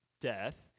death